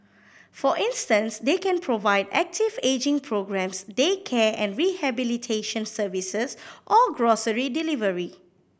for instance they can provide active ageing programmes daycare and rehabilitation services or grocery delivery